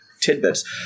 tidbits